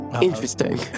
Interesting